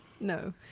no